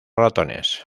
ratones